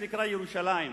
שנקרא ירושלים.